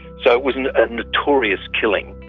so it was a notorious killing.